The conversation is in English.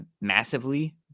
massively